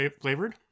flavored